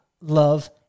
Love